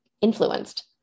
influenced